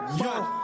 Yo